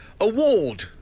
Award